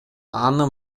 аны